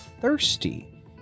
thirsty